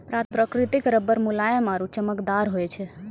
प्रकृतिक रबर मुलायम आरु चमकदार होय छै